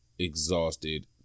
exhausted